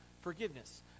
forgiveness